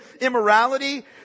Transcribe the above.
immorality